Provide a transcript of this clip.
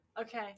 Okay